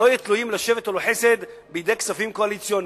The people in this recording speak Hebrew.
והם לא יהיו תלויים לשבט או לחסד בכספים קואליציוניים,